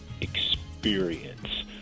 experience